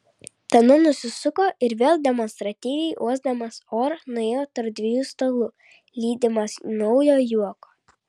tada nusisuko ir vėl demonstratyviai uosdamas orą nuėjo tarp dviejų stalų lydimas naujo juoko